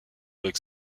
avec